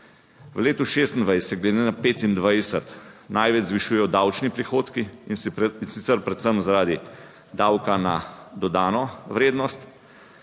V letu 2026 se glede na 2025 največ zvišujejo davčni prihodki, in sicer predvsem zaradi davka na dodano vrednost.